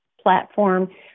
platform